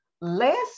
last